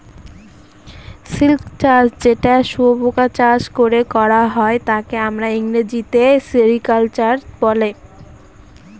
silk চাষ যেটা শুয়োপোকা চাষ করে করা হয় তাকে আমরা ইংরেজিতে সেরিকালচার বলে